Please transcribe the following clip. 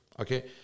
okay